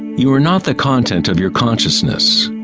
you are not the content of your consciousness.